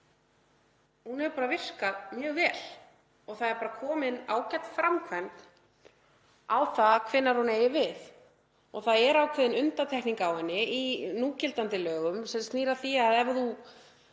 hefur virkað mjög vel og það er komin ágæt framkvæmd á það hvenær hún á við. Það er ákveðin undantekning á henni í núgildandi lögum sem snýr að því að ef þú